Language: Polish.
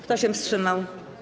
Kto się wstrzymał?